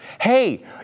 hey